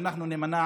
ואנחנו נימנע,